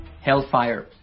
hellfire